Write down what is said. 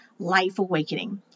LIFEAWAKENING